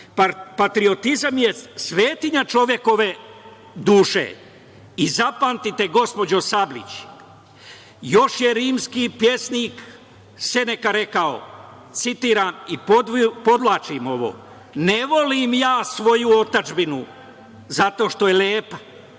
Patriotizam je svetinja čovekove duše. Zapamtite gospođo Sablić, još je rimski pesnik Seneka rekao, citiram i podvlačim ovo: „Ne volim ja svoju otadžbinu zato što je lepa,